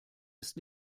ist